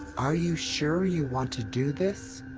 are you sure you want to do this?